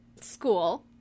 school